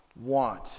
want